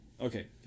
Okay